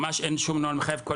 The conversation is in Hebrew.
ממש אין שום נוהל מחייב.